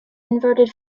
inverted